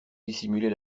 dissimuler